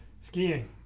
skiing